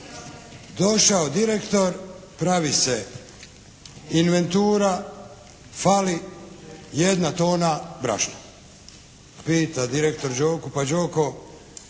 došao direktor, pravi se inventura, fali jedna tona brašna. Pita direktor Đoku: Pa, Đoko,